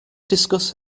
discuss